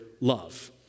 love